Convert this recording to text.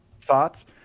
thoughts